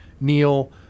Neil